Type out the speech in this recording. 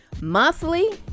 Monthly